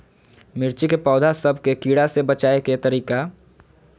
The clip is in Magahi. मिर्ची के पौधा सब के कीड़ा से बचाय के तरीका?